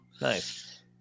nice